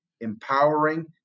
empowering